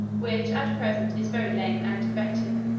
which at present is very lame and defective,